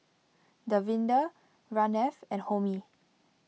Davinder Ramnath and Homi